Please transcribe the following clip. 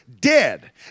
dead